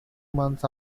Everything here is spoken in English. months